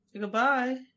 Goodbye